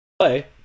play